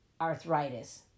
arthritis